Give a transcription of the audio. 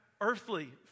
earthly